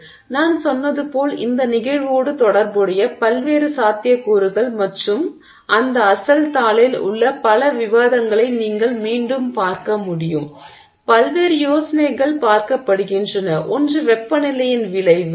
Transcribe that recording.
எனவே நான் சொன்னது போல் இந்த நிகழ்வோடு தொடர்புடைய பல்வேறு சாத்தியக்கூறுகள் மற்றும் அந்த அசல் தாளில் உள்ள பல விவாதங்களை நீங்கள் மீண்டும் பார்க்க முடியும் பல்வேறு யோசனைகள் பார்க்கப்படுகின்றன ஒன்று வெப்பநிலையின் விளைவு